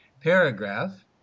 paragraph